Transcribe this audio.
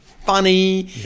funny